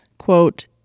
quote